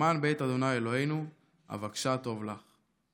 למען בית ה' אלהינו אבקשה טוב לך".